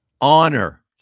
honor